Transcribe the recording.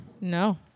No